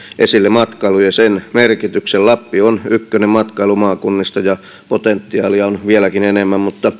esille matkailun ja sen merkityksen lappi on ykkönen matkailumaakunnista ja potentiaalia on vieläkin enemmän mutta